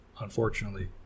unfortunately